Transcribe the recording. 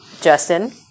Justin